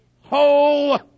Whole